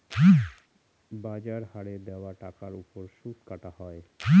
বাজার হারে দেওয়া টাকার ওপর সুদ কাটা হয়